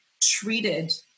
treated